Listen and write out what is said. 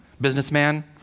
businessman